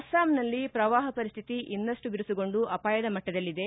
ಅಸ್ಲಾಂನಲ್ಲಿ ಪ್ರವಾಹ ಪರಿಸ್ಥಿತಿ ಇನ್ನಷ್ಟು ಬಿರುಸುಗೊಂಡು ಅಪಾಯದ ಮಟ್ಟದಲ್ಲಿದೆ